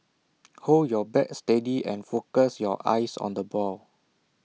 hold your bat steady and focus your eyes on the ball